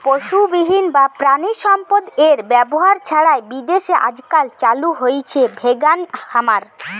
পশুবিহীন বা প্রাণিসম্পদএর ব্যবহার ছাড়াই বিদেশে আজকাল চালু হইচে ভেগান খামার